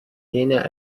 tiene